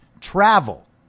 travel